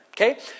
okay